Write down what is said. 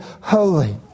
holy